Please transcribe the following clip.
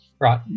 right